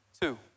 Two